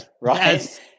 Right